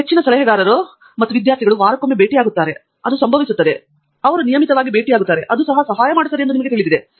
ಉದಾಹರಣೆಗೆ ಹೆಚ್ಚಿನ ಸಲಹೆಗಾರರು ಮತ್ತು ವಿದ್ಯಾರ್ಥಿಗಳು ವಾರಕ್ಕೊಮ್ಮೆ ಭೇಟಿಯಾಗುತ್ತಾರೆ ಅದು ಸಂಭವಿಸುತ್ತದೆ ಮತ್ತು ಅವರು ನಿಯಮಿತವಾಗಿ ಭೇಟಿಯಾಗುತ್ತಾರೆ ಅದು ಸಹಾಯ ಮಾಡುತ್ತದೆ ಎಂದು ನಿಮಗೆ ತಿಳಿದಿದೆ